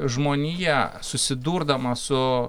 žmonija susidurdama su